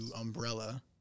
umbrella